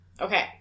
Okay